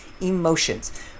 emotions